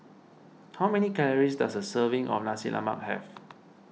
how many calories does a serving of Nasi Lemak have